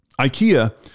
Ikea